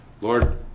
Lord